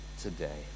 today